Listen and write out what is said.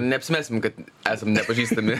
neapsimesim kad esam nepažįstami